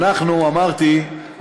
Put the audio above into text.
אמרתי,